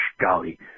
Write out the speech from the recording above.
golly